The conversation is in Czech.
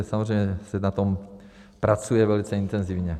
Takže samozřejmě se na tom pracuje velice intenzivně.